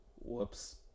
Whoops